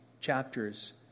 chapters